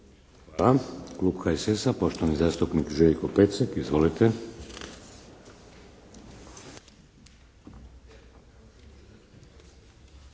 Hvala. Klub HSS-a, poštovani zastupnik Željko Pecek. Izvolite.